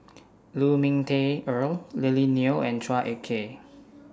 Lu Ming Teh Earl Lily Neo and Chua Ek Kay